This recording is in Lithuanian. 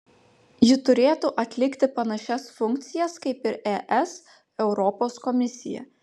ji turėtų atlikti panašias funkcijas kaip ir es europos komisija